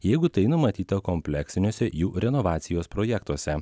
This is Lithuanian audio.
jeigu tai numatyta kompleksiniuose jų renovacijos projektuose